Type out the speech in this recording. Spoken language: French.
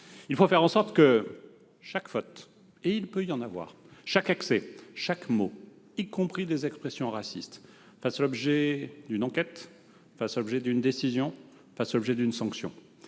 Il faut faire en sorte que chaque faute, et il peut y en avoir, chaque excès, chaque mot, y compris des expressions racistes, fasse l'objet d'une enquête, d'une décision et d'une sanction.